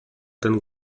ten